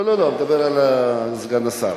לא, אני מדבר על סגן השר.